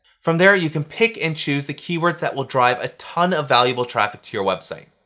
from there, you can pick and choose the keywords that will drive a ton of valuable traffic to your website.